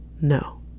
No